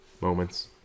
moments